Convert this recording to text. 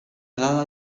dada